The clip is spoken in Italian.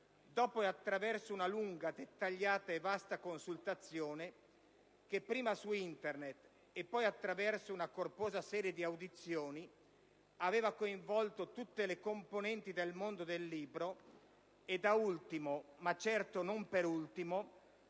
dopo e attraverso una lunga, dettagliata e vasta consultazione che, prima su Internet e poi attraverso una corposa serie di audizioni, aveva coinvolto tutte le componenti del mondo del libro e, da ultimo ma certo non per ultimo,